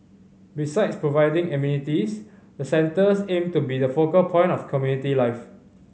besides providing amenities the centres aim to be the focal point of community life